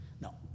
No